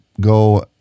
go